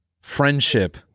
Friendship